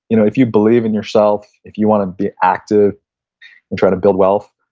you know if you believe in yourself, if you want to be active and try to build wealth,